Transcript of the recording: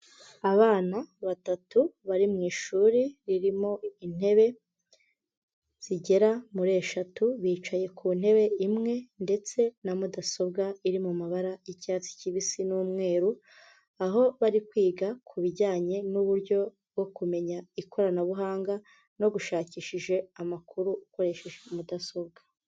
Abana batatu bari mu ishuri ririmo intebe zigera muri eshatu bicaye ku ntebe imwe ndetse na mudasobwa iri mu mabara y'icyatsi kibisi n'umweru, aho bari kwiga ku bijyanye n'uburyo bwo kumenya ikoranabuhanga no gushakishije amakuru ukoresheje mudasobwa.